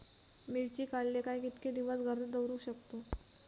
मिर्ची काडले काय कीतके दिवस घरात दवरुक शकतू?